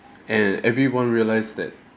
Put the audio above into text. and everyone realise that